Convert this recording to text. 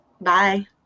Bye